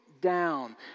down